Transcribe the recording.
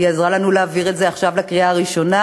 היא עזרה לנו להעביר את זה עכשיו לקריאה ראשונה,